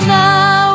now